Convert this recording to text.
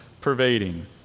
pervading